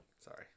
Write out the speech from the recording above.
Sorry